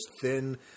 thin